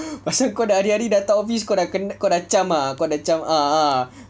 pasal kau dah hari-hari datang office kau dah ken~ kau dah cam ah kau dah cam ah ah